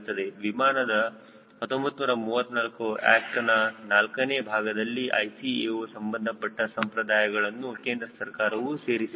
ವಿಮಾನದ 1934 ಆಕ್ಟ್ ನ ನಾಲ್ಕನೇ ಭಾಗದಲ್ಲಿ ICAO ಸಂಬಂಧಪಟ್ಟ ಸಂಪ್ರದಾಯಗಳನ್ನು ಕೇಂದ್ರ ಸರ್ಕಾರವು ಸೇರಿಸಿದೆ